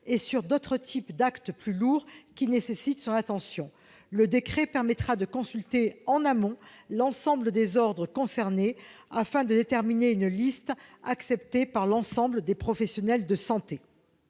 et d'autres types d'actes plus lourds qui nécessitent son attention. Le décret permettra de consulter en amont l'ensemble des ordres concernés, afin de déterminer une liste acceptée par l'ensemble des professionnels de santé.